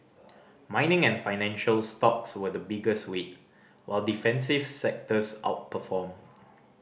mining and financial stocks were the biggest weight while defensive sectors outperformed